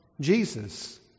Jesus